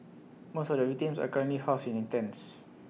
most of the victims are currently housed in tents